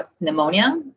pneumonia